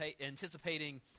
anticipating